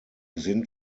sind